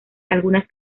algunas